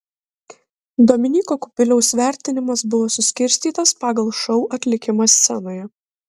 dominyko kubiliaus vertinimas buvo suskirstytas pagal šou atlikimą scenoje